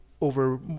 over